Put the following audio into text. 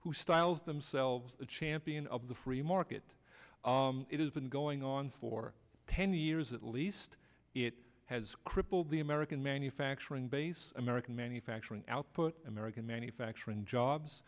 who styles themselves a champion of the free market it has been going on for ten years at least it has crippled the american manufacturing base american manufacturing output american manufacturing jobs